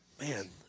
Man